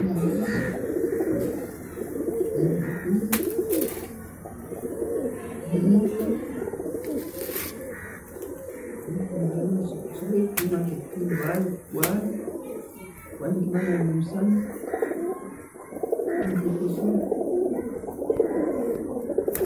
Na maiso, nebyokulya, neyaku, bwendaba nsoboire kutunga nka ekitundibale nkitwale kuba nenkimanya haliyo musana no'byokwesweka.